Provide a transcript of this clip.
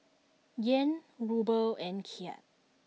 Yen Ruble and Kyat